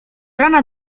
rana